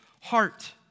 heart